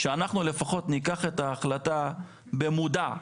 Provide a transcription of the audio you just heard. לפחות ניקח את ההחלטה במודע,